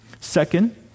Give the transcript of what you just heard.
Second